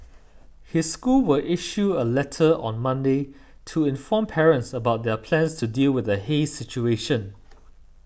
his school will issue a letter on Monday to inform parents about their plans to deal with the haze situation